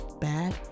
bad